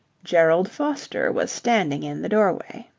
gerald foster was standing in the doorway.